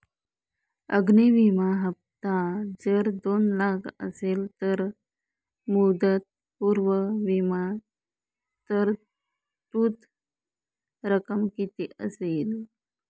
अग्नि विमा हफ्ता जर दोन लाख असेल तर मुदतपूर्व विमा तरतूद रक्कम किती असेल?